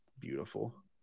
Beautiful